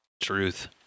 truth